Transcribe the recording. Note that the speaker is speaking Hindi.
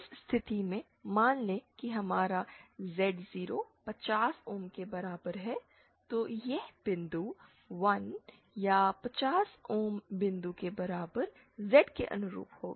इस स्थिति में मान लें कि हमारा Z0 50 ओम के बराबर है तो यह बिंदु 1 या 50 ओम बिंदु के बराबर Z के अनुरूप होगा